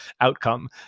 outcome